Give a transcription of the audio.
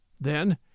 Then